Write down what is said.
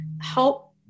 help